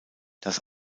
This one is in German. das